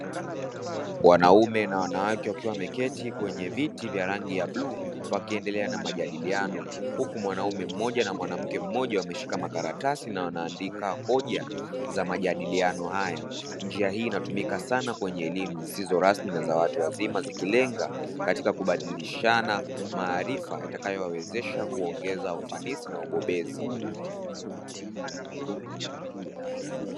Wanaume na wanawake wakiwa wameketi kwenye viti vya rangi ya bluu, wakiendelea na majadiliano, huku mwanaume mmoja na mwanamke mmoja wameshika makaratasi na kuandika hoja za majadiliano hayo; njia hii inatumika sana katika elimu zisizo rasmi za watu wazima, ikilenga kubadilishana maarifa yatakayowawezesha kuongeza ufanisi na ubobezi.